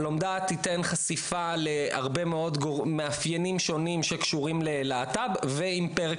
הלומדה תיתן חשיפה להרבה מאוד מאפיינים שונים שקשורים ללהט"ב ועם פרק